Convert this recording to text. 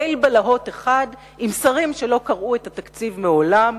ליל בלהות אחד עם שרים שלא קראו את התקציב מעולם,